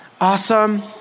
Awesome